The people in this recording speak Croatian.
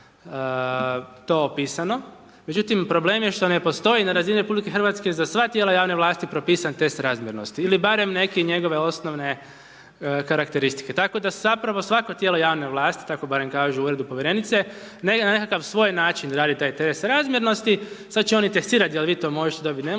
to opisano, međutim problem je što ne postoji na razini RH za sva tijela javne vlasti propisan test razmjernosti ili barem neke njegove osnovne karakteristike, tako da zapravo svako tijelo javne vlasti tako barem kažu u uredu povjerenice negdje na nekakav svoj način rade taj test razmjernosti sad će oni testirati jel vi to možete dobiti ne možete,